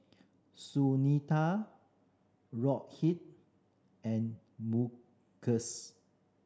Sunita Rohit and Mukesh